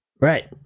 Right